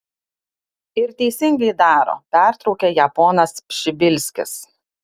ir teisingai daro pertraukė ją ponas pšibilskis